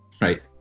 right